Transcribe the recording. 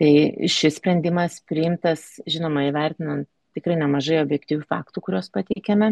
tai šis sprendimas priimtas žinoma įvertinant tikrai nemažai objektyvių faktų kuriuos pateikėme